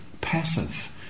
passive